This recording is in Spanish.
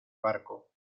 barco